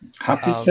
happy